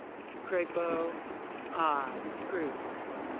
mr. crapo i. mr. cruz